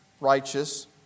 righteous